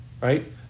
right